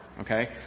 Okay